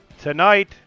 tonight